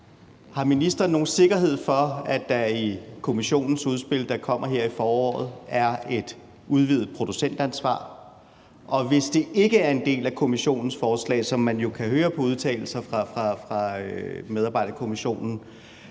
Har ministeren nogen sikkerhed for, at der i Kommissionens udspil, som kommer her i foråret, er et udvidet producentansvar? Og hvis det ikke er en del af Kommissionens forslag, hvilket man jo kan høre på udtalelser fra medarbejdere i Kommissionen,